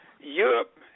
Europe